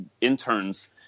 interns